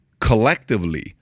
collectively